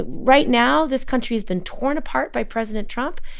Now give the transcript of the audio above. right now, this country's been torn apart by president trump.